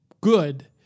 good